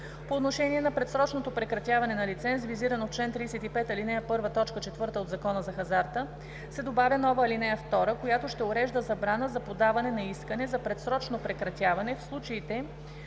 По отношение на предсрочното прекратяване на лиценз, визирано в чл. 35, ал. 1, т. 4 от Закона за хазарта се добавя нова ал. 2, която ще урежда забрана за подаване на искане за предсрочно прекратяване в случаите,